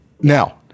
Now